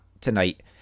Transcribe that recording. tonight